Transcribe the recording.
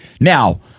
now